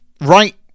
right